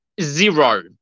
Zero